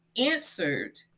answered